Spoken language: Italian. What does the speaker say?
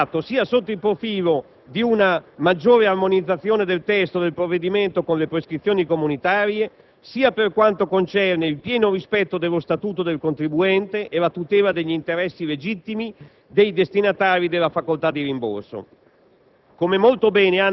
Gruppo, sia sotto il profilo di una maggiore armonizzazione del testo del provvedimento con le prescrizioni comunitarie, sia per quanto concerne il pieno rispetto dello Statuto del contribuente e la tutela degli interessi legittimi dei destinatari della facoltà di rimborso.